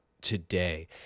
today